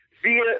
Via